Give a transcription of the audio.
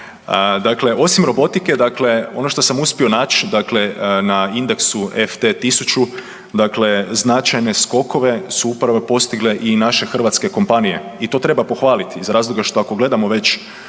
Dakle, osim robotike ono što sam uspio nać na indeksu FT 1000 značajne skokove su upravo postigle i naše hrvatske kompanije i to treba pohvaliti iz razloga što gledamo već